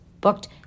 booked